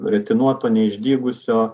ritinuoto neišdygusio